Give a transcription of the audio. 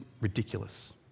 ridiculous